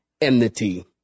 enmity